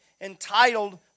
entitled